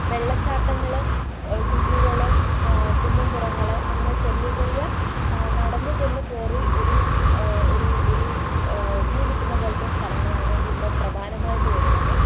വെള്ളച്ചാട്ടങ്ങള് കുന്നുകള് കുന്നുംപുറങ്ങള് അങ്ങനെ ചെറിയ ചെറിയ നടന്ന് ചെന്ന് കയറി ഒരു ഒരു ഒരു വ്യൂ കിട്ടുന്ന പോലത്തെ സ്ഥലങ്ങളാണ് ഇവിടെ പ്രധാനമായിട്ടുമുള്ളത്